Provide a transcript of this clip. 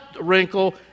wrinkle